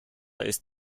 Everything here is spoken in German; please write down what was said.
ist